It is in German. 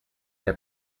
der